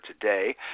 today